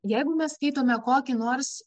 jeigu mes skaitome kokį nors